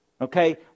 okay